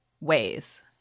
ways